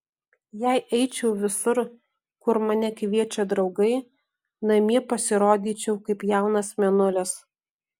jei eičiau visur kur mane kviečia draugai namie pasirodyčiau kaip jaunas mėnulis